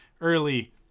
early